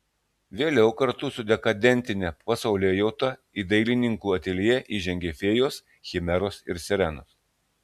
vėliau kartu su dekadentine pasaulėjauta į dailininkų ateljė įžengė fėjos chimeros ir sirenos